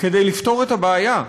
כדי לפתור את הבעיה,